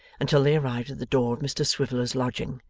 until they arrived at the door of mr swiveller's lodging,